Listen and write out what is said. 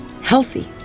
healthy